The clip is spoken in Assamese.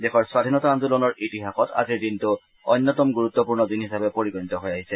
দেশৰ স্বাধীনতা আন্দোলনৰ ইতিহাসত আজিৰ দিনটো অন্যতম গুৰুত্বপূৰ্ণ দিন হিচাপে পৰিগণিত হৈ আছে